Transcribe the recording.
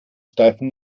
steifen